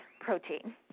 protein